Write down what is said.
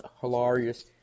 hilarious